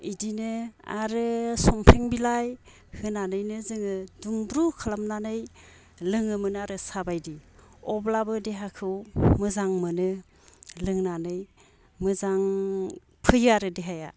इदिनो आरो संफ्रेम बिलाइ होनानैनो जोङो दुंब्रु खालामनानै लोङोमोन आरो साहाबायदि अब्लाबो देहाखौ मोजां मोनो लोंनानै मोजां फैयो आरो देहाया